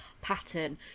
pattern